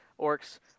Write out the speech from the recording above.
orcs